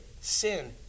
sin